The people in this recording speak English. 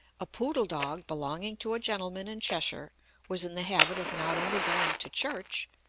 a poodle dog belonging to a gentleman in cheshire was in the habit of not only going to church,